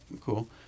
Cool